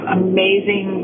amazing